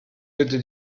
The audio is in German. bitte